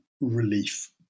relief